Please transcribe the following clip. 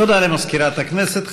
למזכירת הכנסת.